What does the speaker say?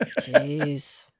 Jeez